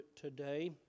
today